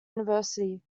university